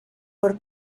por